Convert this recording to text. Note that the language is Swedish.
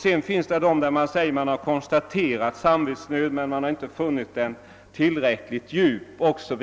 Sedan finns det fall där man säger att man konstaterat samvetsnöd men inte funnit den tillräckligt djup osv.